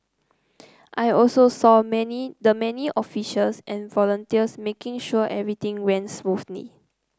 I also saw many the many officials and volunteers making sure everything ran smoothly